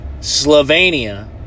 Slovenia